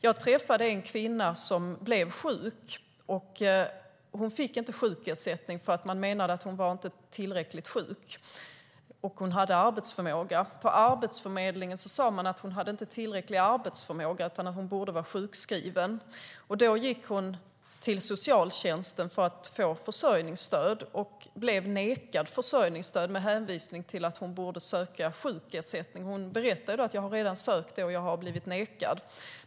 Jag träffade en kvinna som hade blivit sjuk och som inte fick sjukersättning. Man menade att hon inte var tillräckligt sjuk och hade arbetsförmåga. På Arbetsförmedlingen sade man att hon inte hade tillräcklig arbetsförmåga utan borde vara sjukskriven. Då gick hon till socialtjänsten för att få försörjningsstöd och blev nekad försörjningsstöd med hänvisning till att hon borde söka sjukersättning. Hon berättade att hon redan sökt det men blivit nekad.